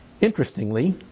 Interestingly